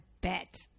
bet